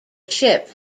ship